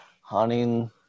hunting